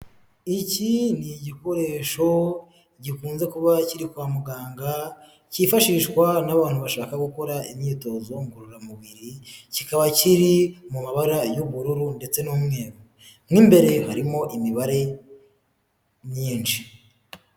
Iki ni igikoresho gikunze kuba kiri kwa muganga cyifashishwa n'abantu bashaka gukora imyitozo ngororamubiri, kikaba kiri mu mabara y'ubururu ndetse n'umweru, mu imbere harimo imibare myinshi.